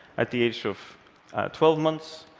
at the age of twelve months,